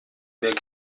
mehr